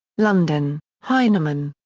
london heinemann.